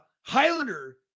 Highlander